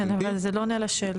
כן אבל זה לא עונה על השאלה.